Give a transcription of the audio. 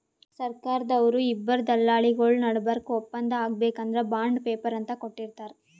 ಸರ್ಕಾರ್ದವ್ರು ಇಬ್ಬರ್ ದಲ್ಲಾಳಿಗೊಳ್ ನಡಬರ್ಕ್ ಒಪ್ಪಂದ್ ಆಗ್ಬೇಕ್ ಅಂದ್ರ ಬಾಂಡ್ ಪೇಪರ್ ಅಂತ್ ಕೊಟ್ಟಿರ್ತಾರ್